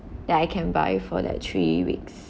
that I can buy for that three weeks